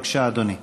בבקשה, אדוני.